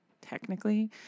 Technically